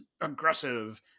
aggressive